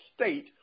state